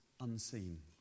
unseen